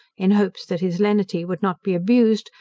in hopes that his lenity would not be abused,